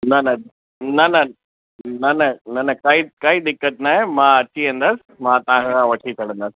न न न न न न न न काई काई दिक़तु आहे मां अची वेंदुसि मां तव्हांखां वठी छॾिंदुसि